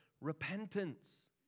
Repentance